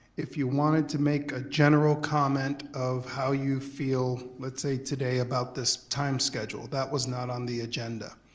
if you wanted to make a general comment of how you feel, let's say today, about this time schedule, that was not on the agenda.